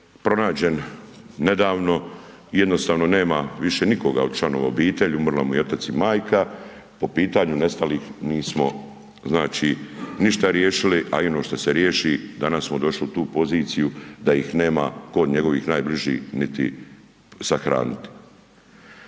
pronađen nedavno i jednostavno više nema nikoga od članova obitelji, umrli su mu i otac i majka, po pitanju nestalih nismo ništa riješili, a i ono to se riješi danas smo došli u tu poziciju da ih nema tko od njegovih najbližih niti sahraniti.